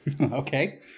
Okay